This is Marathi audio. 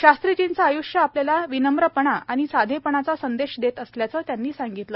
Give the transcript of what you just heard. शास्त्रीजींचं आय्ष्य आपल्याला विनम्रपणा आणि साधेपणाचा संदेश देत असल्याचं त्यांनी सांगितलं